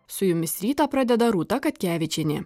su jumis rytą pradeda rūta katkevičienė